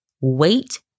wait